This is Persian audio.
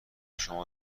شما